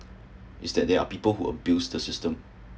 is there are person who build the system